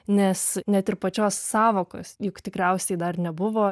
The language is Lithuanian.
nes net ir pačios sąvokos juk tikriausiai dar nebuvo